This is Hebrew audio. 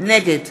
נגד